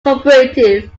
cooperative